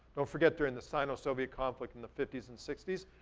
don't forget, during the sign of soviet conflict in the fifty s and sixty s,